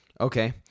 Okay